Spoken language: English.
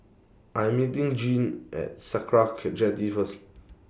I'm meeting Jeane At Sakra Jetty First